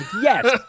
yes